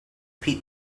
pete